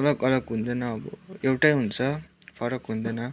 अलग अलग हुँदैन अब एउटै हुन्छ फरक हुँदैन